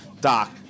Doc